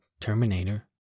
Terminator